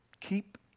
Keep